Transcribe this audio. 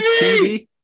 TV